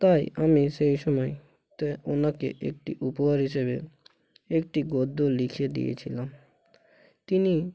তাই আমি সেই সময় তা ওনাকে একটি উপহার হিসাবে একটি গদ্য লিখে দিয়েছিলাম তিনি